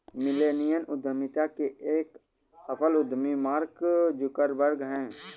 millennial उद्यमिता के एक सफल उद्यमी मार्क जुकरबर्ग हैं